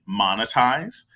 monetize